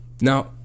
Now